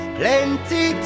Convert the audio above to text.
plenty